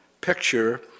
picture